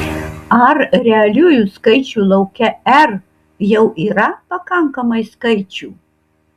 ar realiųjų skaičių lauke r jau yra pakankamai skaičių